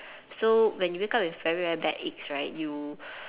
so when you wake up with very very bad aches right you